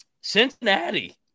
Cincinnati